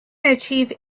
achieve